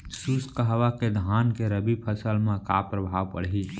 शुष्क हवा के धान के रबि फसल मा का प्रभाव पड़ही?